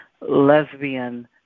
lesbian